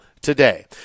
today